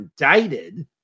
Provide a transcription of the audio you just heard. indicted